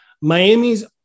Miami's